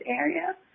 area